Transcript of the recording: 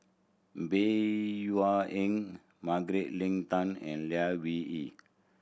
Bey Wua Eng Margaret Leng Tan and Lai Weijie